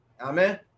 Amen